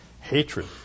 hatred